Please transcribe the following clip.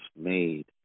made